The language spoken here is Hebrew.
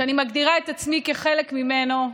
שאני מגדירה את עצמי חלק ממנו,